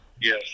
Yes